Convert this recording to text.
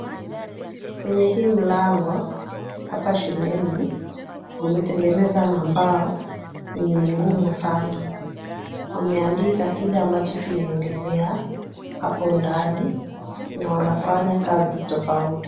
Kwenye hii mlango, hapa shuleni, wametengeneza na mbao yenye ni ngumu sana. Wameandika kile ambacho kinaendelea hapo ndani na wanafanya kazi tofauti.